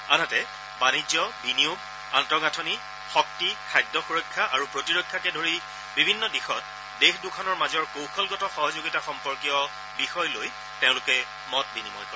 আনহাতে বাণিজ্য বিনিয়োগ আন্তঃগাঁথনি শক্তি খাদ্য সুৰক্ষা আৰু প্ৰতিৰক্ষাকে ধৰি বিভিন্ন দিশত দেশ দুখনৰ মাজৰ কৌশলগত সহযোগিতা সম্পৰ্কীয় বিষয় লৈ তেওঁলোকে মত বিনিময় কৰে